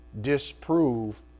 disprove